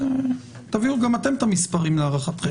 אז תביאו גם את המספרים לערכתם,